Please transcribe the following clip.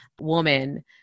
woman